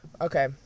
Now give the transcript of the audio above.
Okay